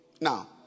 Now